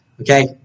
Okay